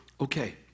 Okay